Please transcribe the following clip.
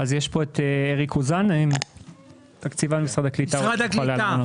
בבקשה, משרד הקליטה.